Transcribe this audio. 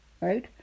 right